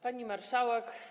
Pani Marszałek!